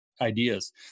ideas